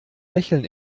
lächeln